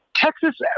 Texas